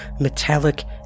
metallic